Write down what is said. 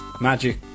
magic